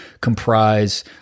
comprise